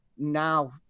Now